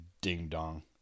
ding-dong